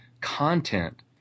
content